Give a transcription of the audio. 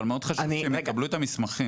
אבל מאוד חשוב גם שהם יקבלו את המסמכים,